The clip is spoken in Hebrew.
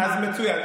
מצוין.